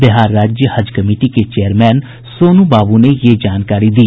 बिहार राज्य हज कमिटी के चेयरमैन सोनू बाबू ने यह जानकारी दी